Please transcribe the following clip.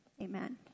Amen